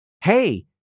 hey